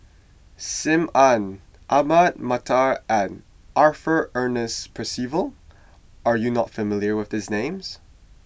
Sim Ann Ahmad Mattar and Arthur Ernest Percival are you not familiar with these names